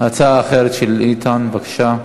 הצעה אחרת של איתן, בבקשה.